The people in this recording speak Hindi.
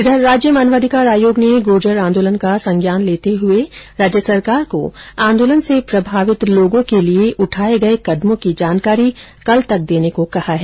उधर राज्य मानवाधिकार आयोग ने गूर्जर आंदोलन का संज्ञान लेते हुए राज्य सरकार को आंदोलन से प्रभावित लोगों के लिए उठाये गये कदमों की जानकारी कल तक देने को कहा है